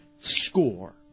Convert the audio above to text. score